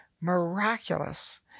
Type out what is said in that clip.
miraculous